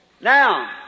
Now